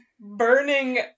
burning